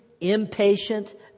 impatient